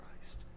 Christ